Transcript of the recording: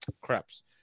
craps